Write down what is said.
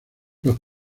los